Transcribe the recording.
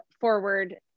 forward